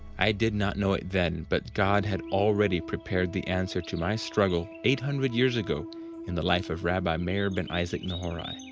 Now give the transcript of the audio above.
i did not know it then, but god had already prepared the answer to my struggle eight hundred years ago in the life of rabbi meir ben isaac nehorai.